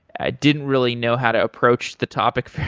i didn't really know how to approach the topic